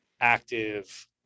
active